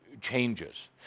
changes